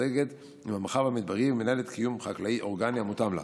מתמזגת עם המרחב המדברי ומנהלת קיום חקלאי אורגני המותאם לה.